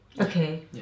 Okay